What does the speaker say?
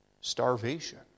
starvation